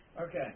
Okay